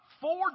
four